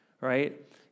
right